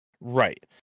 Right